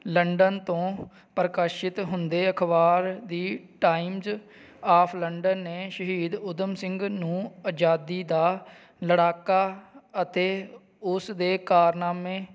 London ਤੋਂ ਪ੍ਰਕਾਸ਼ਿਤ ਹੁੰਦੇ ਅਖ਼ਬਾਰ ਦੀ ਟਾਈਮਜ ਆਫ ਲੰਡਨ ਨੇ ਸ਼ਹੀਦ ਊਧਮ ਸਿੰਘ ਨੂੰ ਆਜ਼ਾਦੀ ਦਾ ਲੜਾਕਾ ਅਤੇ ਉਸ ਦੇ ਕਾਰਨਾਮੇ